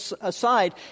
aside